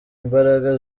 imbaraga